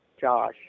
Josh